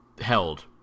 held